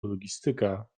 logistyka